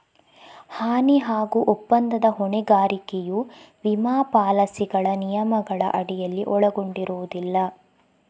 ಹಾನಿ ಹಾಗೂ ಒಪ್ಪಂದದ ಹೊಣೆಗಾರಿಕೆಯು ವಿಮಾ ಪಾಲಿಸಿಗಳ ನಿಯಮಗಳ ಅಡಿಯಲ್ಲಿ ಒಳಗೊಂಡಿರುವುದಿಲ್ಲ